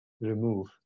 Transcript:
remove